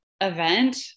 event